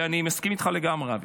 ואני מסכים איתך לגמרי,